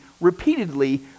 repeatedly